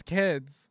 kids